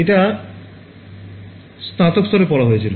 এটা স্নাতকস্তরে পড়া হয়েছিল